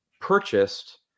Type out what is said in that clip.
purchased